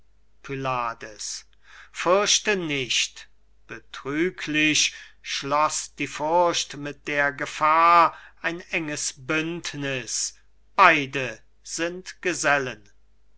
pylades fürchte nicht betrüglich schloß die furcht mit der gefahr ein enges bündniß beide sind gesellen